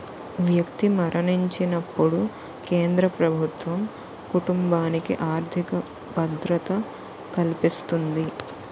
వ్యక్తి మరణించినప్పుడు కేంద్ర ప్రభుత్వం కుటుంబానికి ఆర్థిక భద్రత కల్పిస్తుంది